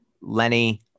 Lenny